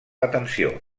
atenció